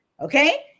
okay